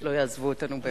לא יעזבו אותנו באמצע הדיון.